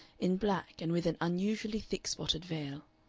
in black and with an unusually thick spotted veil.